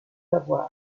savoir